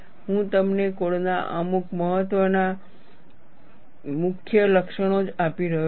હું તમને કોડના અમુક મુખ્ય મહત્વના લક્ષણો જ આપી રહ્યો છું